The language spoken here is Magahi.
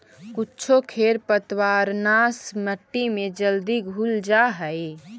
कुछो खेर पतवारनाश मट्टी में जल्दी घुल जा हई